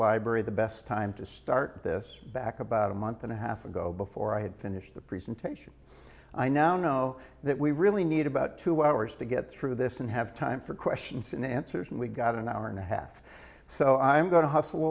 library the best time to start this back about a month and a half ago before i had finished the presentation i now know that we really need about two hours to get through this and have time for questions and answers and we've got an hour and a half so i'm going to hustle